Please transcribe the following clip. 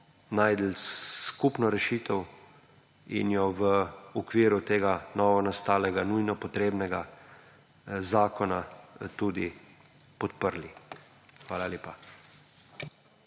našli skupno rešitev in jo v okviru tega novonastalega nujno potrebnega zakona tudi podprli. Hvala lepa.